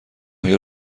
های